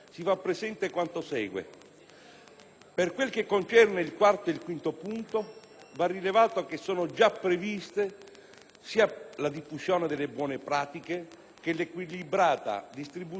Per quel che concerne il quarto e il quinto punto, va rilevato che sono già previste sia la diffusione delle buone pratiche che l'equilibrata distribuzione degli studenti stranieri.